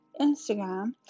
Instagram